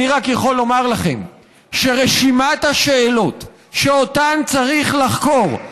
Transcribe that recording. אני רק יכול לומר לכם שרשימת השאלות שאותן צריך לחקור,